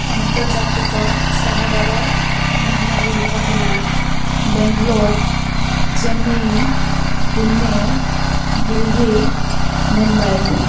ଆନ୍ତର୍ଜାତିକ ସହରର ନାମଗୁଡ଼ିକ ହେଲା ବାଙ୍ଗାଲୋର ଚେନ୍ନାଇ ପୁଣେ ଦିଲ୍ଲୀ ମୁମ୍ବାଇ